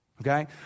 Okay